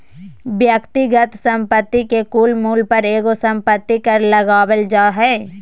व्यक्तिगत संपत्ति के कुल मूल्य पर एगो संपत्ति कर लगावल जा हय